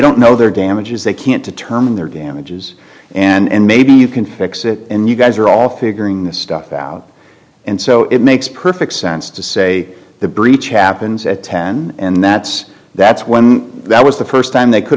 don't know their damages they can't determine their damages and maybe you can fix it and you guys are all figuring this stuff out and so it makes perfect sense to say the breach happens at ten and that's that's when that was the first time they could